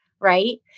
Right